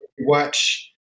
watch